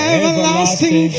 Everlasting